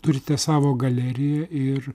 turite savo galeriją ir